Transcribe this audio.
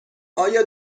آیا